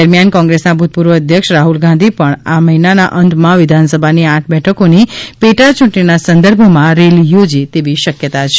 દરમિયાન કોંગ્રેસના ભુતપુર્વ અધ્યક્ષ રાહ્લ ગાંધી પણ આ મહિનાના અંતમાં વિધાનસભાની આઠ બેઠકોની પેટા યુંટણીના સંદર્ભમાં રેલી યોજે તેવી શકયતા છે